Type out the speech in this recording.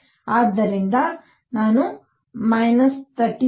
ಆದ್ದರಿಂದ ನಾನು 13